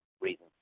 reasons